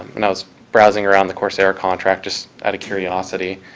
and i was browsing around the coursera contract, just out of curiosity,